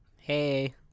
Hey